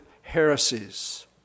heresies